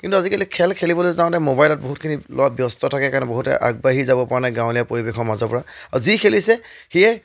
কিন্তু আজিকালি খেল খেলিবলৈ যাওঁতে ম'বাইলত বহুতখিনি ল'ৰা ব্যস্ত থাকে কাৰণ বহুতে আগবাঢ়ি যাব পৰা নাই গাঁৱলীয়া পৰিৱেশৰ মাজৰ পৰা আৰু যি খেলিছে সিয়ে